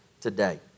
today